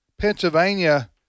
Pennsylvania